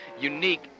unique